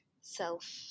self